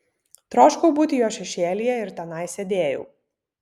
troškau būti jo šešėlyje ir tenai sėdėjau